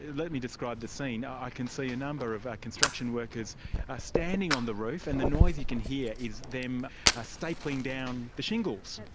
let me describe the scene i can see a number of construction workers standing on the roof and the noise you can hear is them ah stapling down the shingles.